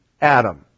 Adam